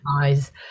eyes